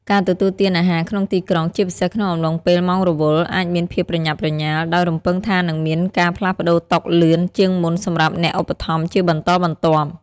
ការទទួលទានអាហារក្នុងទីក្រុង ជាពិសេសក្នុងអំឡុងពេលម៉ោងរវល់ អាចមានភាពប្រញាប់ប្រញាល់ ដោយរំពឹងថានឹងមានការផ្លាស់ប្តូរតុលឿនជាងមុនសម្រាប់អ្នកឧបត្ថម្ភជាបន្តបន្ទាប់។